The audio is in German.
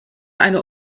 eine